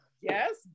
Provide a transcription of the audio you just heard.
yes